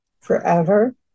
forever